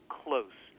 close